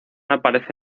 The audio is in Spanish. aparece